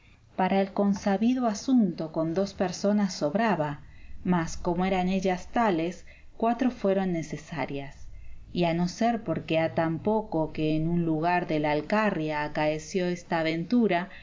para el consabido asunto con dos personas sobraba mas como eran ellas tales cuatro fueron necesarias y a no ser porque ha tan poco que en un lugar de la alcarria acaeció esta aventura